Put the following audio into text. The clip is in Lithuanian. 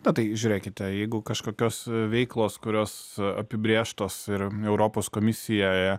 na tai žiūrėkite jeigu kažkokios veiklos kurios apibrėžtos ir europos komisijoje